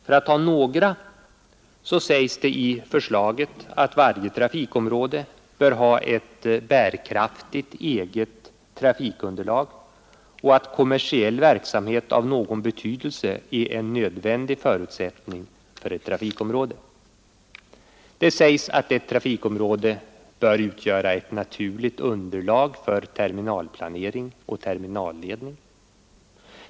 För att ta några sådana grundtankar så sägs det i förslaget att varje trafikområde bör ha ett bärkraftigt trafikunderlag och att kommersiell verksamhet av någon betydelse är en nödvändig förutsättning för ett trafikområde. Det förklaras att ett trafikområde bör utgöra ett naturligt underlag för terminalplanering och terminalledning.